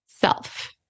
self